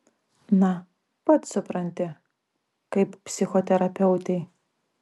na pats supranti kaip psichoterapeutei